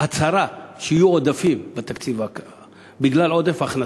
הצהרה שיהיו עודפים בתקציב בגלל עודף הכנסות,